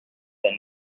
the